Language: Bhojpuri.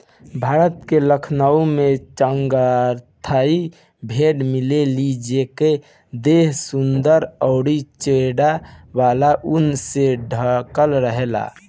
भारत के लद्दाख में चांगथांगी भेड़ मिलेली जेकर देह सुंदर अउरी चौड़ा वाला ऊन से ढकल रहेला